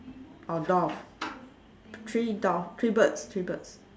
or dove three dove three birds three birds